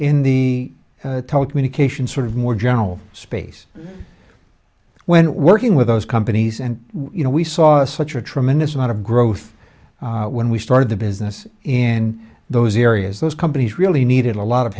in the telecommunications sort of more general space when working with those companies and you know we saw such a tremendous amount of growth when we started the business in those areas those companies really needed a lot of